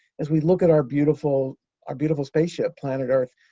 as we look at our beautiful our beautiful spaceship, planet earth,